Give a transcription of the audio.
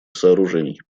сооружений